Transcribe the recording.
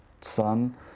son